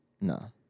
No